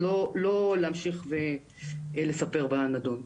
לא להמשיך ולספר בנדון.